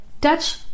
touch